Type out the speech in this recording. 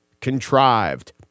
contrived